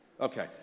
Okay